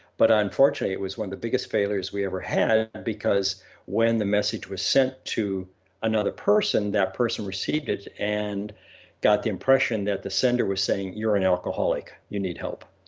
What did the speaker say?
but unfortunately, it was one of the biggest failures we ever had because when the message was sent to another person, that person received it and got the impression that the sender was saying you're an alcoholic. you need help.